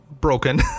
Broken